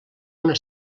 una